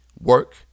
Work